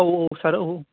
औ औ सार औ औ